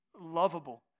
lovable